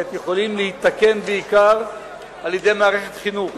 יכולים להיתקן בעיקר על-ידי מערכת חינוך,